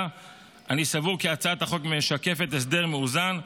אני סבור כי הצעת החוק משקפת הסדר מאוזן,